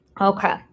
Okay